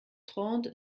trente